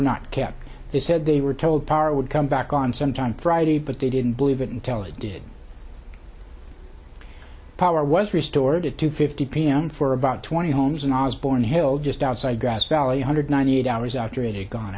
kept they said they were told power would come back on sometime friday but they didn't believe it until it did power was restored to two fifty p m for about twenty homes in osborne hill just outside grass valley hundred ninety eight hours after a gone